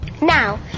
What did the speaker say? Now